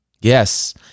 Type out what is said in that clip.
Yes